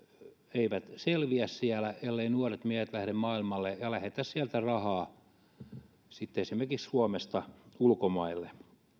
eivät selviä siellä elleivät nuoret miehet lähde maailmalle ja lähetä sieltä rahaa esimerkiksi suomesta ulkomaille